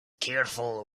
careful